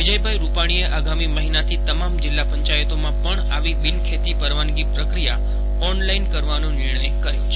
વિજયભાઈ રૂપાછીએ આગામી મહિનાથી તમામ જિલ્લા પંચાયતોમાં પજ્ઞ આવી બિનખેતી પરવાનગી પ્રક્રિયા ઓનલાઈન કરવાનો નિર્ણય કર્યો છે